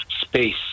space